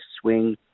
swing